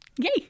Yay